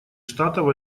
штатов